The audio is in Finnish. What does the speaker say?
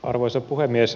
arvoisa puhemies